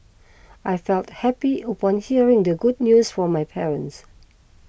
I felt happy upon hearing the good news from my parents